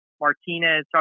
martinez